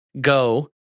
go